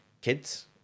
kids